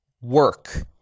work